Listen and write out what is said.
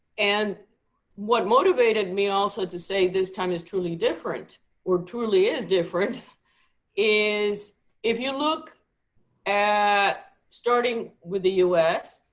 and what motivated me also to say this time is truly different or truly is different is if you look at starting with the us,